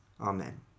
Amen